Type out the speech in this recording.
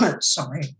Sorry